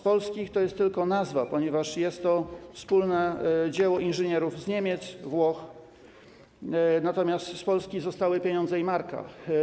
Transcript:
Polski - to jest tylko nazwa, ponieważ jest to wspólne dzieło inżynierów z Niemiec, z Włoch, natomiast jeśli chodzi o Polskę, zostały pieniądze i marka.